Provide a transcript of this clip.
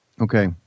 Okay